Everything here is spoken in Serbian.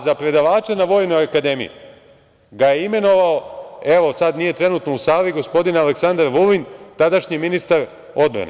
Za predavača na Vojnoj akademiji ga je imenovao, sada nije trenutno u sali, gospodin Aleksandar Vulin, tadašnji ministar odbrane.